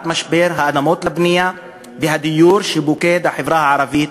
משבר האדמות לבנייה והדיור שפוגע בחברה הערבית